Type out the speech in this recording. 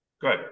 Good